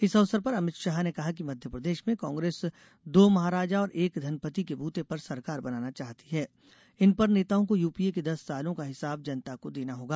इस अवसर पर अमित शाह ने कहा कि मध्यप्रदेश में कांग्रेस दो महराजा और एक धनपति के बूते पर सरकार बनाना चाहती है पर इन नेताओं को यूपीए के दस सालों का हिसाब जनता को देना होगा